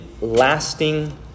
lasting